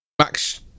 Max